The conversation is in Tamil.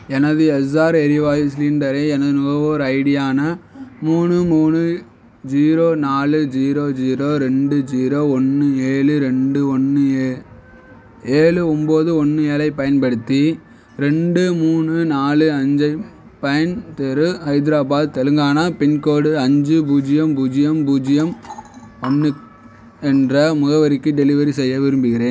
எனது எஸ்ஸார் எரிவாயு சிலிண்டரை எனது நுகர்வோர் ஐடியான மூணு மூணு ஜீரோ நாலு ஜீரோ ஜீரோ ரெண்டு ஜீரோ ஒன்று ஏழு ரெண்டு ஒன்று ஏ ஏழு ஒம்பது ஒன்று ஏழைப் பயன்படுத்தி ரெண்டு மூணு நாலு அஞ்சு பைன் தெரு ஹைதராபாத் தெலுங்கானா பின்கோடு அஞ்சு பூஜ்ஜியம் பூஜ்ஜியம் பூஜ்ஜியம் ஒன்று என்ற முகவரிக்கு டெலிவரி செய்ய விரும்புகிறேன்